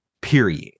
period